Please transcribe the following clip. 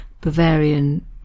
Bavarian